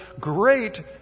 great